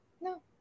No